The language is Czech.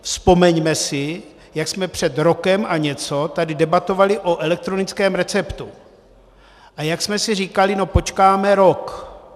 Vzpomeňme si, jak jsme před rokem a něco tady debatovali o elektronickém receptu a jak jsme si říkali, no počkáme rok.